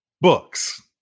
books